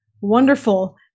wonderful